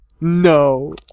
No